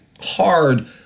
hard